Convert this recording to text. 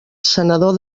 senador